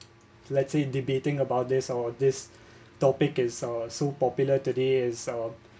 let's say debating about this or this topic is uh so popular today it's uh